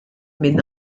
min